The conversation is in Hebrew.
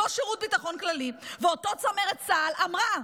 אותו שירות ביטחון כללי ואותה צמרת צה"ל אמרו: